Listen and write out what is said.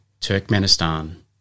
Turkmenistan